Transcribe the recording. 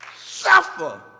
suffer